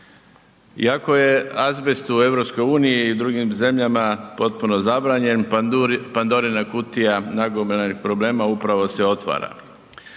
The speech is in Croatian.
Iako je azbest u EU i drugim zemljama potpuno zabranjen, Pandorina kutija nagomilanih problema upravo se otvara.